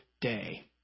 day